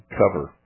cover